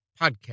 podcast